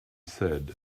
said